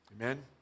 Amen